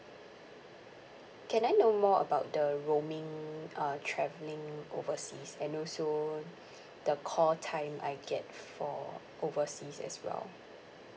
can I know more about the roaming uh travelling overseas and also the call time I get for overseas as well